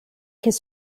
his